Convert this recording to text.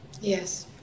Yes